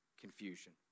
confusion